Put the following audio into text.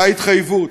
הייתה התחייבות,